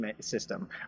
system